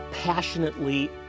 passionately